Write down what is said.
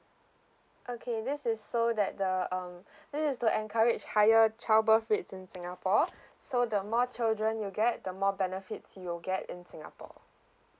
okay this is so that the um this is to encourage higher childbirth rates in singapore so the more children you get the more benefits you'll get in singapore